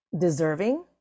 deserving